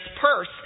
purse